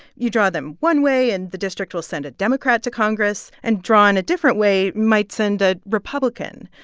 you draw them one way, and the district will send a democrat to congress. and drawing a different way might send a republican.